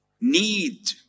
need